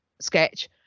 sketch